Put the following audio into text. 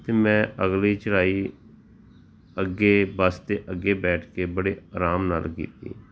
ਅਤੇ ਮੈਂ ਅਗਲੀ ਚੜ੍ਹਾਈ ਅੱਗੇ ਬੱਸ 'ਤੇ ਅੱਗੇ ਬੈਠ ਕੇ ਬੜੇ ਆਰਾਮ ਨਾਲ ਕੀਤੀ